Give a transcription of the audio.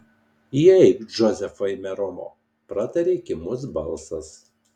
įeik džozefai meromo pratarė kimus balsas